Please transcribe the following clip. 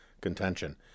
contention